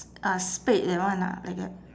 ah spade that one ah like that